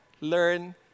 learn